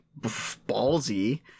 ballsy